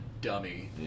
Dummy